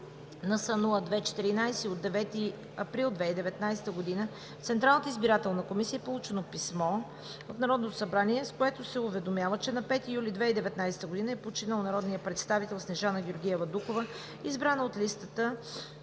НС-02-14 от 9 април 2019 г. от Централната избирателна комисия е получено писмо в Народното събрание, с което се уведомява, че на 5 юли 2019 г. е починал народният представител Снежана Георгиева Дукова, избрана от листата